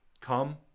Come